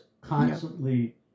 constantly